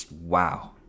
wow